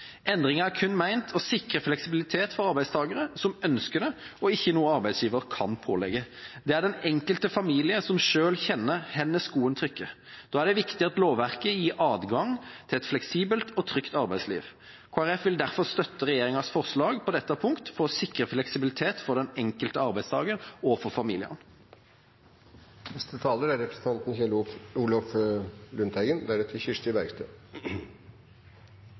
er kun ment å sikre fleksibilitet for arbeidstakere som ønsker det, og ikke noe arbeidsgiver kan pålegge. Det er den enkelte familie som selv kjenner hvor skoen trykker. Da er det viktig at lovverket gir adgang til et fleksibelt og trygt arbeidsliv. Kristelig Folkeparti vil derfor støtte regjeringas forslag på dette punkt, for å sikre fleksibilitet for den enkelte arbeidstaker og for familiene.